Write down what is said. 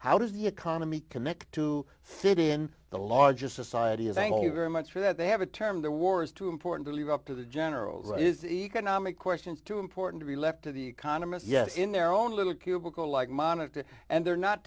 how does the economy connect to fit in the largest society is thank you very much for that they have a term the war is too important to leave up to the generals economic questions too important to be left to the economists yes in their own little cubicle like monitor and they're not